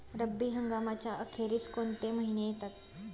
रब्बी हंगामाच्या अखेरीस कोणते महिने येतात?